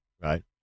right